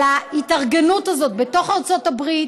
על ההתארגנות הזאת בתוך ארצות הברית